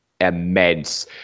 immense